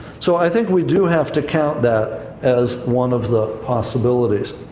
so i think we do have to count that as one of the possibilities.